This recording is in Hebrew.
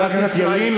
חבר הכנסת ילין,